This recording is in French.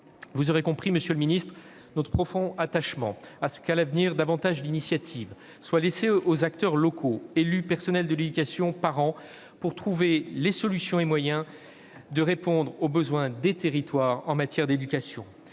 Vous aurez constaté, monsieur le ministre, notre profond attachement à ce que, à l'avenir, davantage d'initiatives soient laissées aux acteurs locaux, aux élus, aux personnels de l'éducation, aux parents, pour trouver les solutions et les moyens de répondre aux besoins des territoires en matière d'éducation.